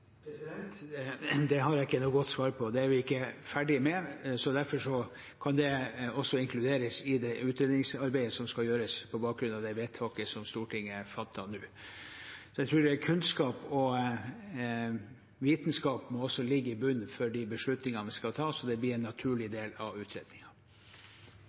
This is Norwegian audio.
Det har jeg ikke noe godt svar på. Det er vi ikke ferdige med, så derfor kan det også inkluderes i det utredningsarbeidet som skal gjøres på bakgrunn av det vedtaket som Stortinget fatter nå. Jeg tror at kunnskap og vitenskap også må ligge i bunnen for de beslutningene vi skal ta, så det blir en naturlig